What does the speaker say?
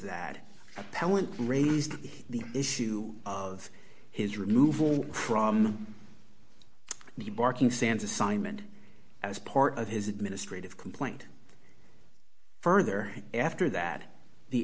appellant raised the issue of his removal from the barking sands assignment as part of his administrative complaint further after that the